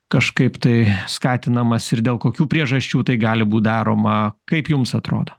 kažkaip tai skatinamas ir dėl kokių priežasčių tai gali būt daroma kaip jums atrodo